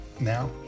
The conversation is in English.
now